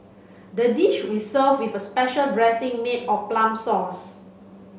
the dish we served with special dressing made of plum sauce